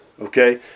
Okay